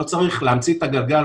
לא צריך להמציא את הגלגל,